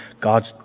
God's